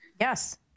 Yes